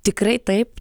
tikrai taip